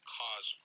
cause